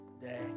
day